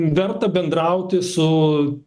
verta bendrauti su